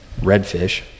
redfish